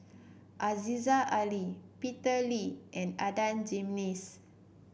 Aziza Ali Peter Lee and Adan Jimenez